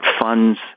funds